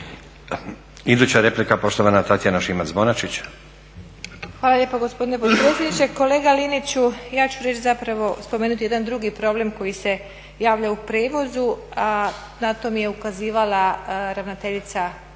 Iduća replika poštovana Tatjana Šimac-Bonačić. **Šimac Bonačić, Tatjana (SDP)** Hvala lijepo gospodine potpredsjedniče. Kolega Liniću ja ću reći zapravo, spomenuti jedan drugi problem koji se javlja u prijevozu a na to mi je ukazivala ravnateljica